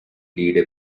lead